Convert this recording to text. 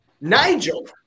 Nigel